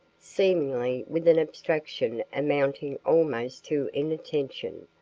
seemingly with an abstraction amounting almost to inattention,